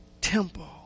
temple